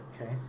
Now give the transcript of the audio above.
Okay